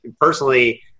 personally